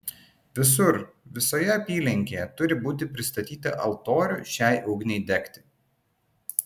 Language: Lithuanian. visur visoje apylinkėje turi būti pristatyta altorių šiai ugniai degti